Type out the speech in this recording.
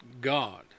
God